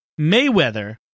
Mayweather